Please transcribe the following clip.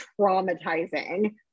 traumatizing